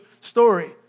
story